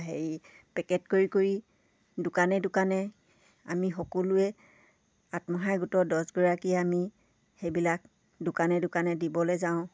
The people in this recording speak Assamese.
হেৰি পেকেট কৰি কৰি দোকানে দোকানে আমি সকলোৱে আত্মসহায়ক গোট দছগৰাকী আমি সেইবিলাক দোকানে দোকানে দিবলে যাওঁ